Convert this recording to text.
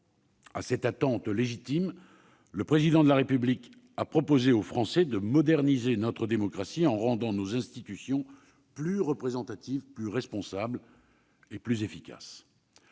à cette attente légitime, le Président de la République a proposé aux Français de moderniser notre démocratie en rendant nos institutions plus représentatives, plus responsables et plus efficaces.